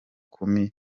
kumi